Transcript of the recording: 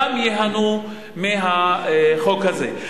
הן גם ייהנו מהחוק הזה.